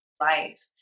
life